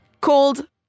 called